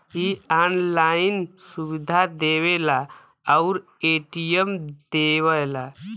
इ ऑनलाइन सुविधा देवला आउर ए.टी.एम देवला